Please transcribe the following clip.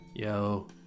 yo